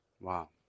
Wow